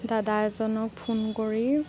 দাদা এজনক ফোন কৰি